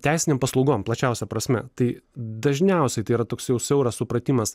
teisinėm paslaugom plačiausia prasme tai dažniausiai tai yra toks jau siauras supratimas